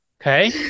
Okay